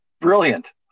brilliant